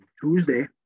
Tuesday